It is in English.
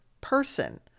person